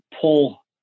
pull